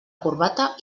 corbata